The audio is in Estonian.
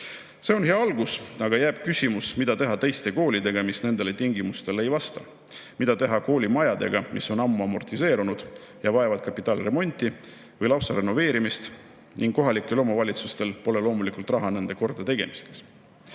See on hea algus, aga jääb küsimus, mida teha teiste koolidega, mis nendele tingimustele ei vasta. Mida teha koolimajadega, mis on ammu amortiseerunud ja vajavad kapitaalremonti või lausa renoveerimist, aga kohalikel omavalitsustel pole loomulikult raha nende kordategemiseks?